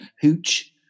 hooch